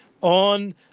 on